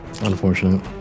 unfortunate